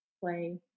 play